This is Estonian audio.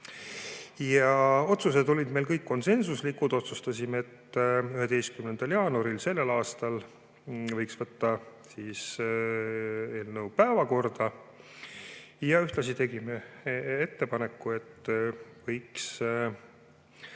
Otsused olid meil kõik konsensuslikud. Otsustasime, et 11. jaanuaril sellel aastal võiks võtta eelnõu päevakorda. Ja ühtlasi tegime ettepaneku, et võiks